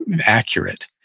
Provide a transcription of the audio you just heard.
accurate